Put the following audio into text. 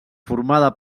formada